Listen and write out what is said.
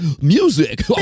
music